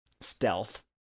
stealth